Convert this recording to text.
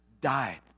died